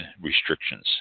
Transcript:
restrictions